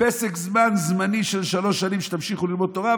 פסק זמן זמני של שלוש שנים שבו תמשיכו ללמוד תורה,